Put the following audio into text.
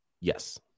Yes